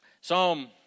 Psalm